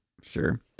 Sure